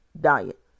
diet